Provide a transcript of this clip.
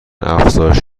افزایش